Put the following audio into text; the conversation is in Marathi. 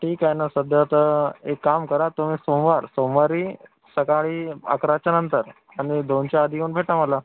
ठीक आहे ना सध्या तर एक काम करा तुम्ही सोमवार सोमवारी सकाळी अकराच्या नंतर आणि दोनच्या आधी येऊन भेटा मला